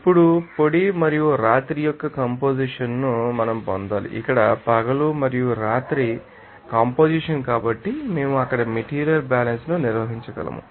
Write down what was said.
ఇప్పుడు పొడి మరియు రాత్రి యొక్క కంపొజిషన్ ను మనం పొందాలి ఇక్కడ పగలు మరియు రాత్రి కంపొజిషన్ కాబట్టి మేము అక్కడ మెటీరియల్ బ్యాలన్స్ ను నిర్వహించగలము